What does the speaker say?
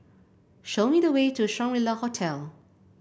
show me the way to Shangri La Hotel